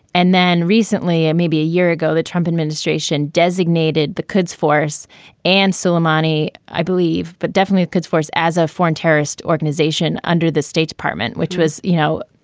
and then recently and maybe a year ago, the trump administration designated the quds force and suleimani, i believe, but definitely quds force as a foreign terrorist organization under the state department, which was, you know,